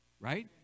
right